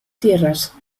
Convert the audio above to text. tierras